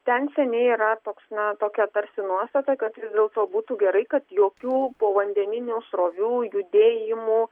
ten seniai yra toks na tokia tarsi nuostata kad vis dėlto būtų gerai kad jokių povandeninių srovių judėjimų